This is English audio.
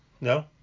no